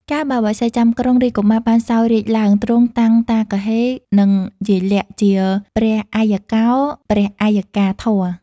កាលបើបក្សីចាំក្រុងរាជកុមារបានសោយរាជ្យឡើង ទ្រង់តាំងតាគហ៊េ និង យាយលាក់ ជាព្រះអយ្យកោ ព្រះអយ្យកាធម៌‌។